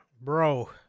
bro